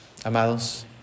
amados